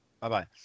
Bye-bye